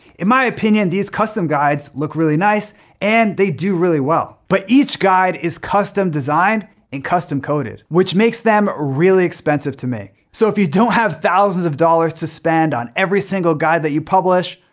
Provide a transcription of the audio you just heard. in my opinion, these custom guides look really nice and they do really well. but each guide is custom designed and custom coded, which makes them really expensive to make. so if you don't have thousands of dollars to spend on every single guide that you publish,